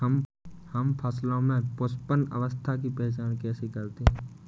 हम फसलों में पुष्पन अवस्था की पहचान कैसे करते हैं?